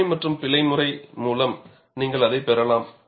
சோதனை மற்றும் பிழை முறை மூலம் நீங்கள் அதைப் பெறலாம்